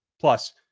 Plus